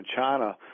China